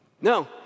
No